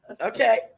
Okay